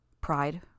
Pride